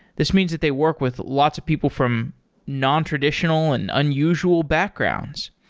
this means that they work with lots of people from nontraditional and unusual backgrounds.